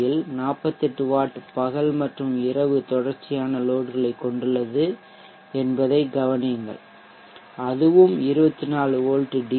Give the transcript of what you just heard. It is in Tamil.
யில் 48 வாட் பகல் மற்றும் இரவு தொடர்ச்சியான லோட்களைக் கொண்டுள்ளது என்பதைக் கவனியுங்கள் அதுவும் 24 வோல்ட் டி